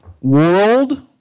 World